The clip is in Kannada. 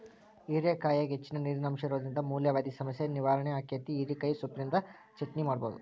ಹೇರೆಕಾಯಾಗ ಹೆಚ್ಚಿನ ನೇರಿನಂಶ ಇರೋದ್ರಿಂದ ಮೂಲವ್ಯಾಧಿ ಸಮಸ್ಯೆ ನಿವಾರಣೆ ಆಕ್ಕೆತಿ, ಹಿರೇಕಾಯಿ ಸಿಪ್ಪಿನಿಂದ ಚಟ್ನಿ ಮಾಡಬೋದು